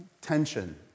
tension